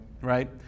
right